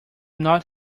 not